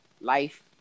life